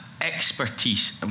expertise